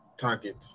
target